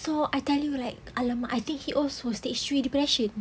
so I tell you right !alamak! I think he also stage three depression